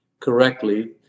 Correctly